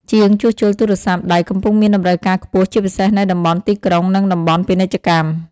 ជាងជួសជុលទូរស័ព្ទដៃកំពុងមានតម្រូវការខ្ពស់ជាពិសេសនៅតំបន់ទីក្រុង និងតំបន់ពាណិជ្ជកម្ម។